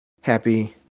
happy